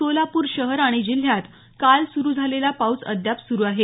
सोलापूर शहर आणि जिल्ह्यात काल सुरू झालेला पाऊस अद्याप सुरु आहे